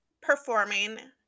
performing